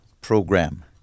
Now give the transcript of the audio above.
program